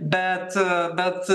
bet bet